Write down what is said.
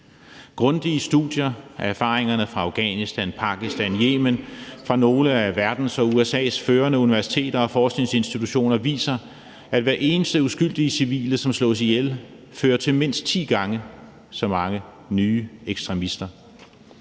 Grundige studier af erfaringerne fra Afghanistan, Pakistan og Yemen fra nogle af verdens og USA’s førende universiteter og forskningsinstitutioner viser, at hver eneste uskyldige civile, som slås ihjel, fører til mindst ti gange så mange nye ekstremister.